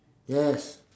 yes